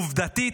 עובדתית,